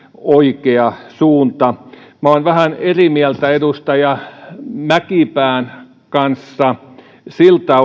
oikea suunta olen vähän eri mieltä edustaja mäkipään kanssa siltä